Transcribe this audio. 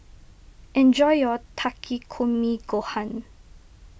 enjoy your Takikomi Gohan